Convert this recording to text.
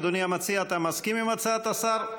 אדוני המציע, אתה מסכים עם הצעת השר?